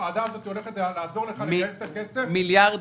הוועדה הזאת הולכת לעזור לך לנהל את הכסף -- מיליארדים.